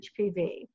HPV